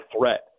threat